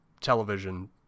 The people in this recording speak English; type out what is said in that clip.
television